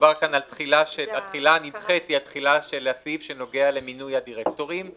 התחילה הנדחית היא התחילה של הסעיף שנוגע למינוי הדירקטורים.